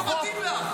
לא מתאים לך.